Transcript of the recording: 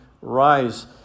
rise